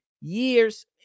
years